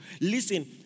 Listen